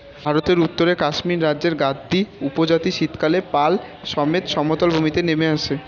ভারতের উত্তরে কাশ্মীর রাজ্যের গাদ্দী উপজাতি শীতকালে পাল সমেত সমতল ভূমিতে নেমে আসে